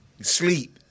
sleep